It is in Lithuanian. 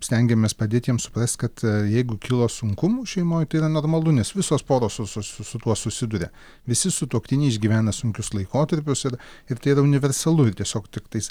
stengiamės padėt jiems suprast kad jeigu kilo sunkumų šeimoj tai yra normalu nes visos poros su su su tuo susiduria visi sutuoktiniai išgyvena sunkius laikotarpius ir ir tai yra universalu ir tiesiog tiktais